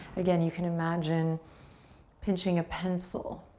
again, you can imagine pinching a pencil,